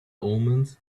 omens